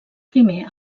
primer